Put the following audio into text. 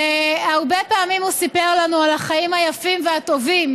הרבה פעמים הוא סיפר לנו על החיים היפים והטובים